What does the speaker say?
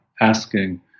asking